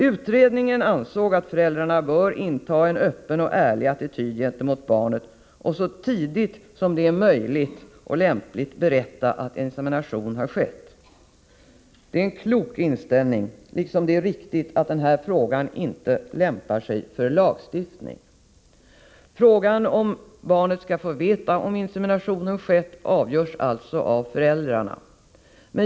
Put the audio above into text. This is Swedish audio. Utredningen ansåg att föräldrarna bör inta en öppen och ärlig attityd gentemot barnet och så tidigt som det är möjligt och lämpligt berätta för barnet att insemination har skett. Det är en klok inställning, liksom det är riktigt att denna fråga inte lämpar sig för lagstiftning. Frågan om barnet skall få veta, om insemination skett avgörs alltså av föräldrarna.